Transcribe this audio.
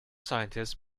scientists